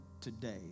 today